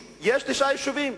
יש תשעה יישובים.